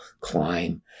climb